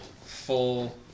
full